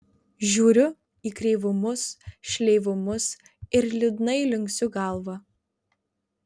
žiūriu į kreivumus šleivumus ir liūdnai linksiu galvą